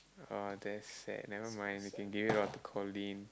uh that's sad never mind you can give it out to Coleen